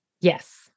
Yes